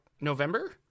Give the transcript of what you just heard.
November